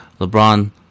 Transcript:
LeBron